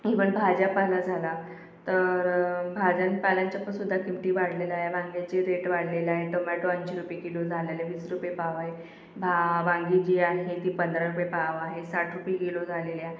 even भाज्यापाला झाला तर भाज्यांपाल्यांच्यापणसुद्धा किमती वाढलेल्या आहे वांग्याचे रेट वाढलेला आहे टोमॅटो ऐंशी रुपये किलो झाल्याले वीस रुपये पाव आहे भा वांगी जी आहे ती पंधरा रुपये पाव आहे साठ रुपये किलो झालेली आहे